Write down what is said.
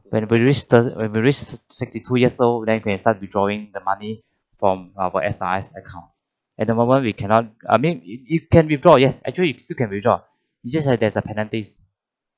when we reach certain when we reach sixty two years old then can start withdrawing the money from our S_R_S account at the moment we cannot I mean y~ y~ you can withdraw yes actually you still can withdraw it just that have a penalty